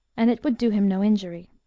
and it would do him no injury.